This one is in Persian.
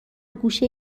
گوشه